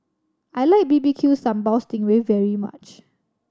I like B B Q Sambal sting ray very much